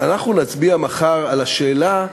אנחנו נצביע מחר על השאלה: